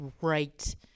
right